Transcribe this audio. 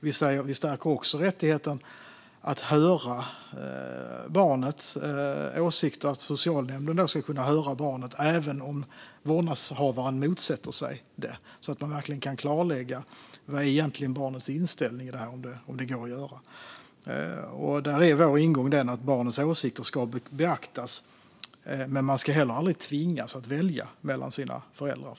Vi stärker också möjligheten att höra barnets åsikt. Socialnämnden ska kunna höra barnet även om vårdnadshavaren motsätter sig det så att man verkligen kan klarlägga vilken barnets inställning egentligen är, om detta går att göra. Vår ingång är att barnets åsikter ska beaktas, men barnet ska förstås aldrig tvingas att välja mellan sina föräldrar.